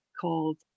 called